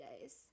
days